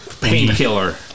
Painkiller